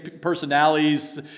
personalities